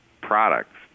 products